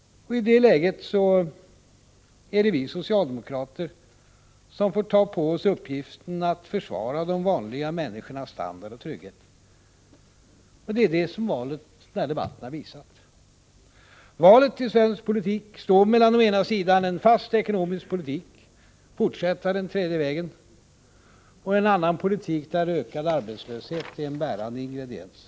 I det läget är det vi socialdemokrater som får ta på oss uppgiften att försvara de vanliga människornas standard och trygghet. Det är det som den här debatten har visat. Valet i svensk politik står mellan å ena sidan en fast ekonomisk politik — att fortsätta den tredje vägen — och å andra sidan en politik där ökad arbetslöshet är en bärande ingrediens.